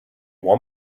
want